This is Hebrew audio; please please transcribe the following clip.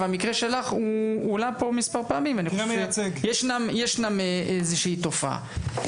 המקרה שלך עלה פה מספר פעמים - ישנה איזושהי תופעה.